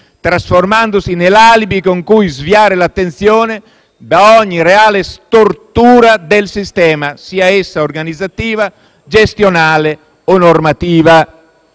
trasformandosi nell'alibi con cui sviare l'attenzione da ogni reale stortura del sistema, sia essa organizzativa, gestionale o normativa?